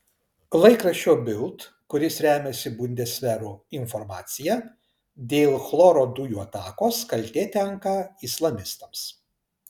laikraščio bild kuris remiasi bundesveru informacija dėl chloro dujų atakos kaltė tenka islamistams